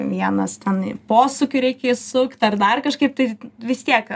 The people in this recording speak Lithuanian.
vienas ten į posūkiu reikia įsukt ar dar kažkaip tai vis tiek